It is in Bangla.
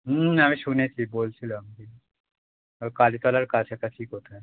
হুম আমি শুনেছি বলছিলো এক দিন ওই কালীতলার কাছাকাছি কোথায়